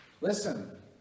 Listen